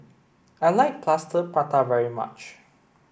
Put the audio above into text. I like Plaster Prata very much